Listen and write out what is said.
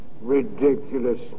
Ridiculous